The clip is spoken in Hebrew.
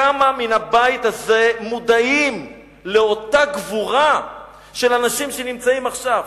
כמה מן הבית הזה מודעים לאותה גבורה של אנשים שנמצאים עכשיו?